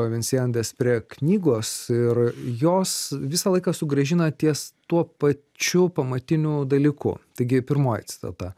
vincian despre knygos ir jos visą laiką sugrąžina ties tuo pačiu pamatiniu dalyku taigi pirmoji citata